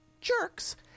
Jerks